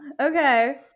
Okay